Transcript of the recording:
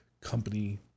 company